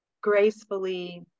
gracefully